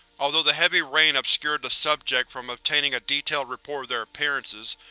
although the heavy rain obscured the subject from obtaining a detailed report of their appearances,